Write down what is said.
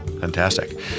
fantastic